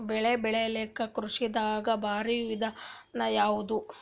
ಬೆಳೆ ಬೆಳಿಲಾಕ ಕೃಷಿ ದಾಗ ಭಾರಿ ವಿಧಾನ ಯಾವುದು?